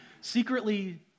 secretly